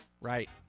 Right